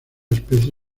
especie